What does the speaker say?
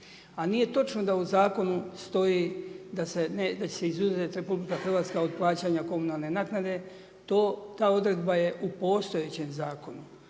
A nije točno da u zakonu stoji da će se izuzet RH od plaćanja komunalne naknade. Ta odredba je u postojećem zakonu.